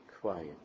quiet